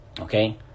Okay